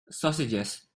sausages